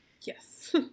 Yes